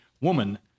woman